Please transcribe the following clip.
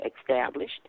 established